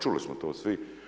Čuli smo to svi.